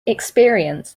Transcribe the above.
experience